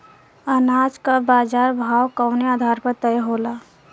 अनाज क बाजार भाव कवने आधार पर तय होला?